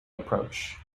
approach